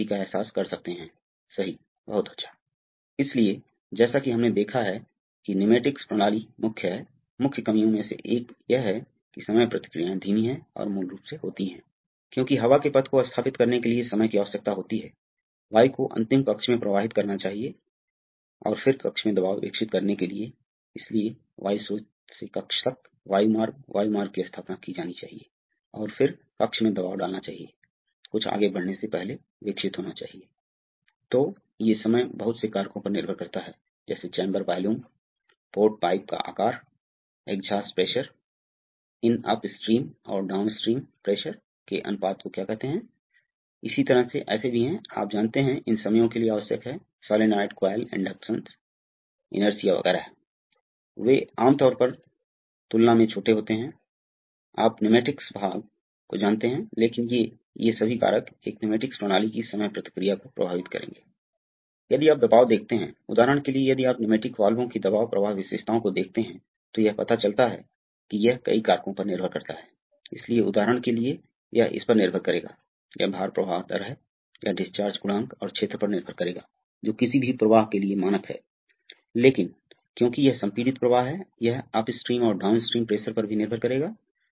अगला cylinder J वापस लेना अगला क्या होता है अब आप सोलेनोइड को स्थानांतरित कर चुके हैं अतः आपने सोलनॉइड को स्थानांतरित कर दिया है और यह अब वास्तव में है यह गलत है वास्तव में यह होना चाहिए यह गलत है इसे इस बिंदु से जोड़ा जाना चाहिए और इस पंप को इस बिंदु से जोड़ा जाना चाहिए अतः अब पंप प्रवाह इस तरह से जुड़ा हुआ है इसके माध्यम से जाता है इस माध्यम से जाता है सिलेंडर जे पीछे हटता है इस माध्यम से बाहर निकलता है मुक्त प्रवाह प्रवाह वाल्व की जाँच करें और इस माध्यम से जाता है इस माध्यम से जाता है पंप करने के लिए टैंक सिलेंडर J वापस जाता है सही